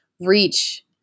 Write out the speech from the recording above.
reach